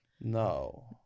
No